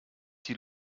die